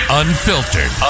unfiltered